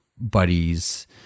buddies